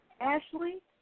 Ashley